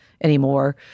anymore